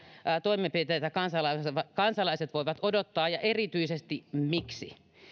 toimenpiteitä kansalaiset voivat odottaa ja erityisesti miksi